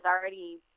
already